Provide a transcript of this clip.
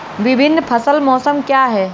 विभिन्न फसल मौसम क्या हैं?